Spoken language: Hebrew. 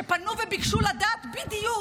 שפנו וביקשו לדעת בדיוק